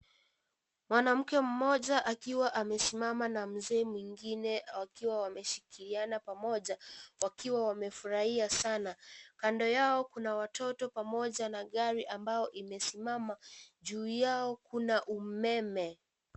Mwanamke mmoja akiwaa amesimama na mzee mwingine wakiwa wameshikiliana pamoja wakiwa wamefurahia sana, kando yao kuna watoto pamoja na gari ambao imesimama juu yao kuna umeme.